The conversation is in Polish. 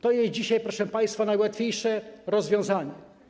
To jest dzisiaj, proszę państwa, najłatwiejsze rozwiązanie.